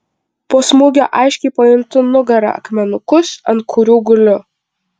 po smūgio aiškiai pajuntu nugara akmenukus ant kurių guliu